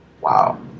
wow